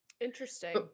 Interesting